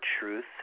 truth